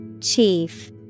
Chief